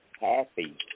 happy